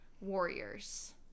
warriors